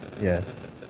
Yes